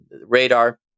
radar